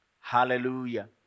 Hallelujah